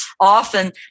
often